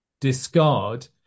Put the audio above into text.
discard